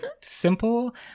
simple